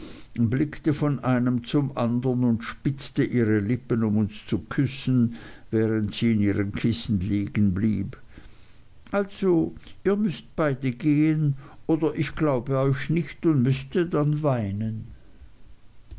blickte von einem zum andern und spitzte ihre lippen um uns zu küssen während sie in ihren kissen liegen blieb also ihr müßt beide gehen oder ich glaube euch nicht und müßte dann weinen